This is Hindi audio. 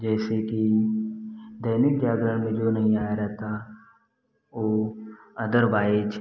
जैसे कि दैनिक जागरण में जो नहीं आया रहता ओ अदरवाइज